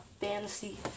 fantasy